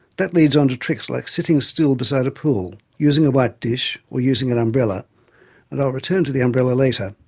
that leads on to tricks like sitting still beside a pool, using a white dish, or using an umbrella and i'll return to the umbrella later.